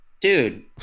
dude